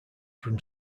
from